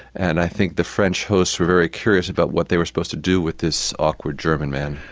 and i think the french hosts were very curious about what they were supposed to do with this awkward german man.